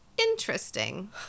interesting